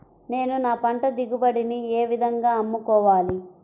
నేను నా పంట దిగుబడిని ఏ విధంగా అమ్ముకోవాలి?